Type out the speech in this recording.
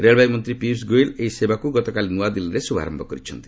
ରେଳବାଇ ମନ୍ତ୍ରୀ ପିୟୁଷ ଗୋଏଲ ଏହି ସେବାକୁ ଗତକାଲି ନୂଆଦିଲ୍ଲୀରେ ଶୁଭାରୟ କରିଛନ୍ତି